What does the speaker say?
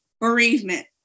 bereavement